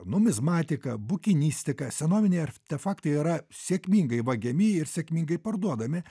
numizmatika bukinistika senoviniai artefaktai yra sėkmingai vagiami ir sėkmingai parduodami